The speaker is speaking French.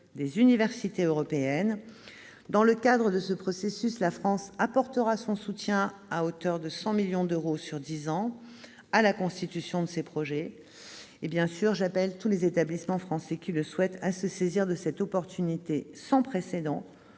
des universités européennes. Dans ce cadre, la France apportera son soutien à hauteur de 100 millions d'euros sur dix ans à la constitution de ces projets. Bien sûr, j'appelle tous les établissements français qui le souhaitent à se saisir de cette chance sans précédent,